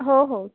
हो हो